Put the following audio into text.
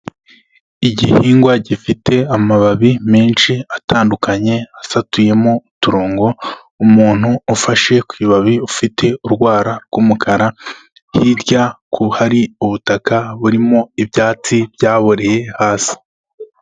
Igihingwa gifite amababi menshi atandukanye asatuyemo uturongo, umuntu ufashe ku ibabi ufite urwara rw'umukara hirya ku hari ubutaka burimo ibyatsi byaboye hasi.